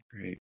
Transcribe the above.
Great